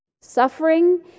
suffering